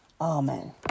Amen